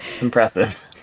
Impressive